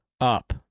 up